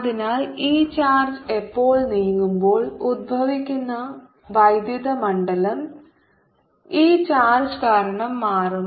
അതിനാൽ ഈ ചാർജ് എപ്പോൾ നീങ്ങുമ്പോൾ ഉത്ഭവിക്കുന്ന വൈദ്യുത മണ്ഡലം ഈ ചാർജ് കാരണം മാറും